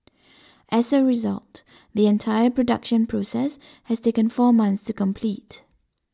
as a result the entire production process has taken four months to complete